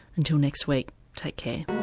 until next week take care.